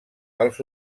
pels